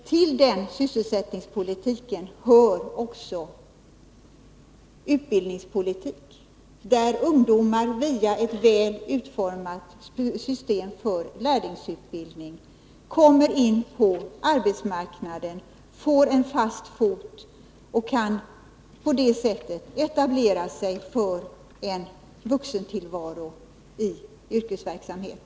Till den sysselsättningspolitiken hör också utbildningspolitiken, som gör att ungdomar via ett väl utformat system för lärlingsutbildning kommer in på arbetsmarknaden, får fotfäste och på det sättet kan etablera sig för en vuxentillvaro i yrkesverksamhet.